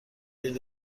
این